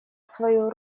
свою